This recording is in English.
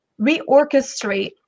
reorchestrate